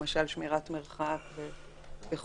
למשל שמירת מרחק וכו'.